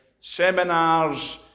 seminars